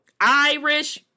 Irish